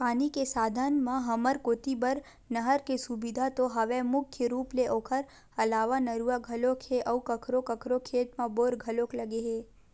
पानी के साधन म हमर कोती बर नहर के सुबिधा तो हवय मुख्य रुप ले ओखर अलावा नरूवा घलोक हे अउ कखरो कखरो खेत म बोर घलोक लगे हे